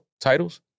titles